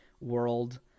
world